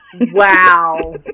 Wow